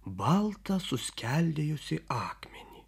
baltą suskeldėjusį akmenį